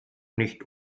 nicht